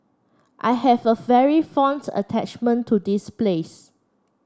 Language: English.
I have a very fond attachment to this place